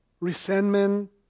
resentment